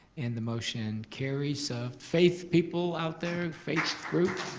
and the motion carries. so faith people out there, faith group.